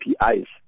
APIs